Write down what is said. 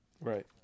Right